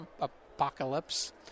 apocalypse